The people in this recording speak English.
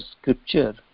scripture